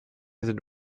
sind